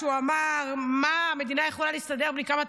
הוא אמר: המדינה יכולה להסתדר בלי כמה טייסות,